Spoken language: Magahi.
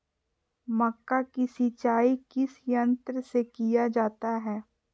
मक्का की सिंचाई किस यंत्र से किया जाता है?